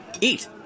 eat